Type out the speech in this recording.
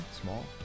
small